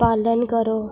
पालन करो